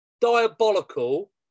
diabolical